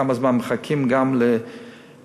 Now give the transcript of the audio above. כמה זמן מחכים למד"א,